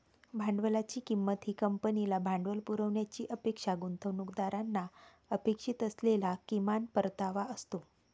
भांडवलाची किंमत ही कंपनीला भांडवल पुरवण्याची अपेक्षा गुंतवणूकदारांना अपेक्षित असलेला किमान परतावा असतो